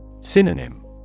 Synonym